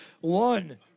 One